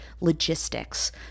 logistics